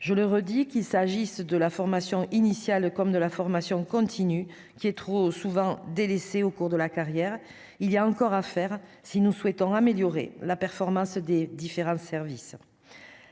Je le redis : qu'il s'agisse de la formation initiale ou de la formation continue, trop souvent délaissée au cours de la carrière, il y a encore beaucoup à faire pour améliorer la performance des différents services.